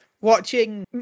watching